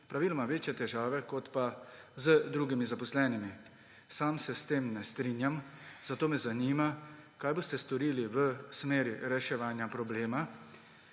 praviloma večje težave kot pa z drugimi zaposlenimi. Sam se s tem ne strinjam. Zato me zanima: Kaj boste storili v smeri reševanja problema,